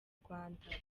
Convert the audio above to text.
rwanda